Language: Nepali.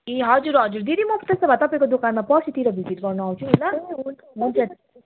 ए हजुर हजुर दिदी म त्यसो भए तपाईँको दोकानमा पर्सितिर भिजिट गर्नु आउँछु नि ल हुन्छ दिदी